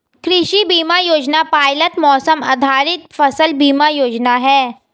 कृषि बीमा योजना पायलट मौसम आधारित फसल बीमा योजना है